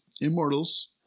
Immortals